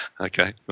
okay